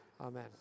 Amen